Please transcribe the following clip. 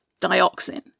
dioxin